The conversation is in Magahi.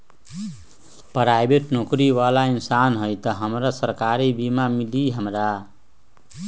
पराईबेट नौकरी बाला इंसान हई त हमरा सरकारी बीमा मिली हमरा?